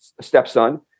stepson